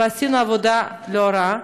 ועשינו עבודה לא רעה.